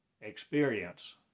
experience